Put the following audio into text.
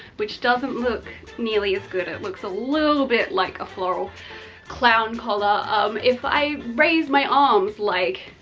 which doesn't look nearly as good, it looks a little bit like a floral clown color. um if i raise my arms, like